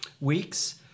weeks